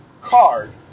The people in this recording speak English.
card